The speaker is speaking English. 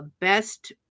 best